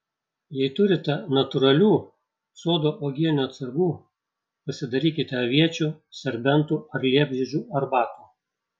jei turite natūralių sodo uogienių atsargų pasidarykite aviečių serbentų ar liepžiedžių arbatų